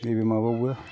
नैबे माबायावबो